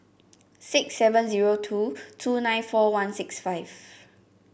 six seven zero two two nine four one six five